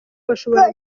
bashobora